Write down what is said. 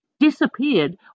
disappeared